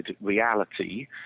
reality